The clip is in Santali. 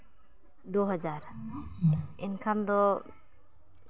ᱫᱩ ᱦᱟᱡᱟᱨ ᱮᱱᱠᱷᱟᱱ ᱫᱚ